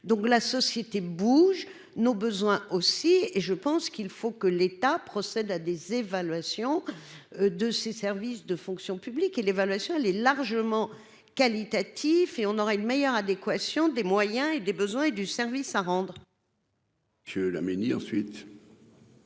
donc la société bouge nos besoins aussi et je pense qu'il faut que l'État procède à des évaluations de ses services de fonction publique et l'évaluation, elle est largement qualitatif et on aura une meilleure adéquation des moyens et des besoins et du service à rendre. Que la ensuite.